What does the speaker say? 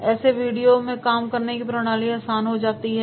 ऐसी वीडियो से काम करने की प्रणाली आसान हो जाती है